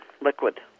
liquid